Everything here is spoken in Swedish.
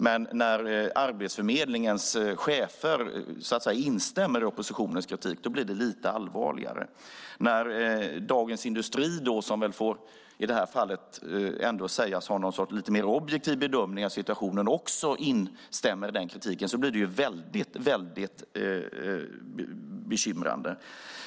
Men när Arbetsförmedlingens chefer instämmer i oppositionens kritik blir det lite allvarligare. När Dagens Industri, som väl i det här fallet får sägas ha en lite mer objektiv bedömning av situationen, också instämmer i kritiken blir det väldigt bekymmersamt.